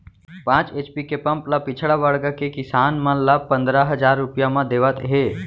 पांच एच.पी के पंप ल पिछड़ा वर्ग के किसान मन ल पंदरा हजार रूपिया म देवत हे